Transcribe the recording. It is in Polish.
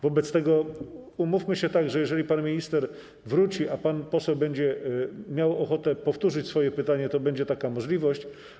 Wobec tego umówmy się tak, że jeżeli pan minister wróci, a pan poseł będzie miał ochotę powtórzyć swoje pytanie, to będzie taka możliwość.